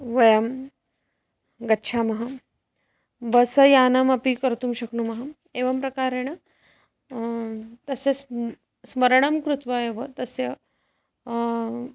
वयं गच्छामः बस यानमपि कर्तुं शक्नुमः एवं प्रकारेण तस्य स् स्मरणं कृत्वा एव तस्य